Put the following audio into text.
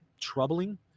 troubling